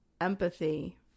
empathy